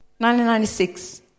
1996